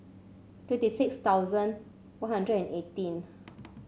twenty six thousand One Hundred and eighteen